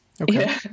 Okay